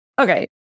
okay